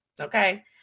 Okay